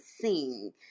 sing